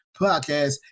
Podcast